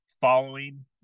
following